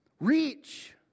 Reach